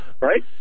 right